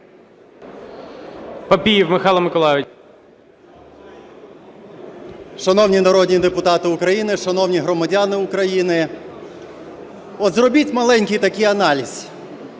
Шановні народні депутати України, шановні громадяни України! Зробіть маленький такий аналіз.